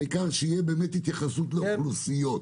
העיקר שתהיה התייחסות לאוכלוסיות.